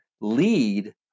lead